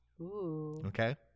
Okay